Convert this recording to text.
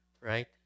Right